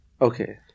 Okay